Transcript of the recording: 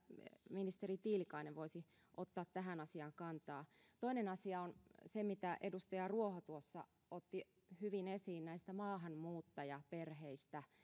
ministeri tiilikainen voisi ottaa tähän asiaan kantaa toinen asia on se mitä edustaja ruoho tuossa otti hyvin esiin näistä maahanmuuttajaperheistä